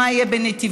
מה יהיה בנתיבות,